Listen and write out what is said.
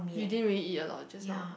you didn't really eat a lot just now